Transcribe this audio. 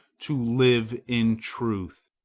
to live in truth.